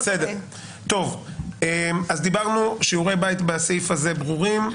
טוב, שיעורי הבית בסעיף הזה ברורים,